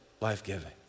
life-giving